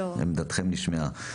עמדתכם נשמעה.